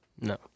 No